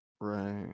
Right